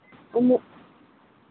ᱩᱢᱩᱜ